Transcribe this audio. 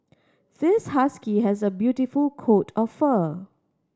this husky has a beautiful coat of fur